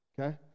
okay